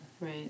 Right